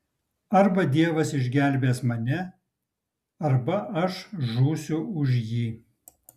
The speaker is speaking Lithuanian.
arba dievas išgelbės mane arba aš žūsiu už jį